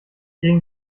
gegen